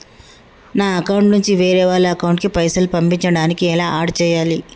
నా అకౌంట్ నుంచి వేరే వాళ్ల అకౌంట్ కి పైసలు పంపించడానికి ఎలా ఆడ్ చేయాలి?